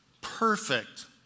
Perfect